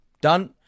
done